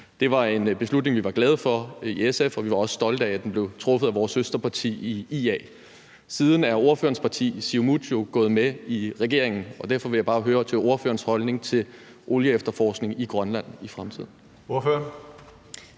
Det var en beslutning, vi var glade for i SF, og vi var også stolte af, at den blev truffet af vores søsterparti IA. Siden er ordførerens parti, Siumut, jo gået med i regeringen, og derfor vil jeg bare høre ordførerens holdning til olieefterforskning i Grønland i fremtiden.